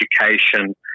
education